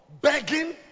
Begging